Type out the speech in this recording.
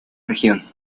región